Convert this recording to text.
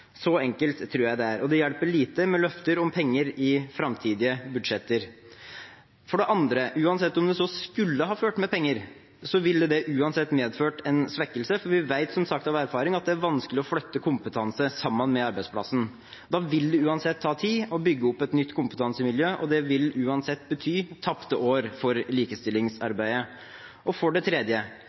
Så enkelt tror jeg det er. Og det hjelper lite med løfter om penger i framtidige budsjetter. For det andre: Uansett om det hadde fulgt med penger, ville det medført en svekkelse, for vi vet som sagt av erfaring at det er vanskelig å flytte kompetanse sammen med arbeidsplassen. Det vil ta tid å bygge opp et nytt kompetansemiljø, og det vil bety tapte år for likestillingsarbeidet. For det tredje: